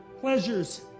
pleasures